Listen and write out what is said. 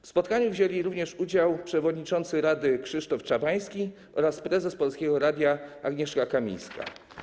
W spotkaniu wzięli również udział przewodniczący rady Krzysztof Czabański oraz prezes Polskiego Radia Agnieszka Kamińska.